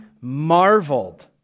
marveled